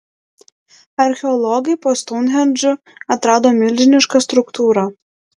archeologai po stounhendžu atrado milžinišką struktūrą